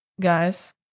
guys